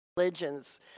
religions